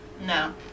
No